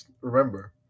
remember